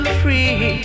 free